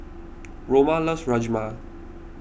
Roma loves Rajma